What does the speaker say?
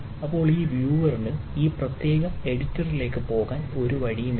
ഇപ്പോൾ ഈ വ്യൂവറിന് ഈ പ്രത്യേക എഡിറ്ററിലേക്ക് പോകാൻ ഒരു വഴിയുമില്ല